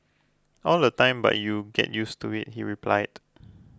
all the time but you get used to it he replied